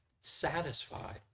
satisfied